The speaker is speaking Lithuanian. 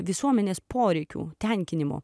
visuomenės poreikių tenkinimo